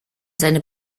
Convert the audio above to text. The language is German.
seine